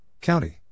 County